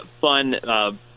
fun